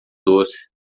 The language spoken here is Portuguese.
doce